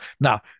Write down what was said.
Now